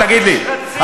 תגיד לי?